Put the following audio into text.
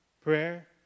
prayer